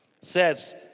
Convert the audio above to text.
says